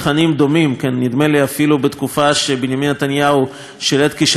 נדמה לי שאפילו בתקופה שבנימין נתניהו שירת כשגריר באו"ם,